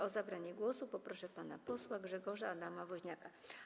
O zabranie głosu poproszę pana posła Grzegorza Adama Woźniaka.